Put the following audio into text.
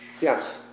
Yes